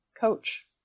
coach